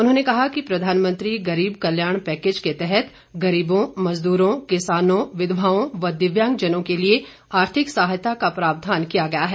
उन्होंने कहा कि प्रधानमंत्री गरीब कल्याण पैकेज के तहत गरीबों मजदूरों किसानों विधवाओं व दिव्यांगजनों के लिए आर्थिक सहायता का प्रावधान किया गया है